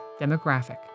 demographic